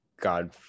God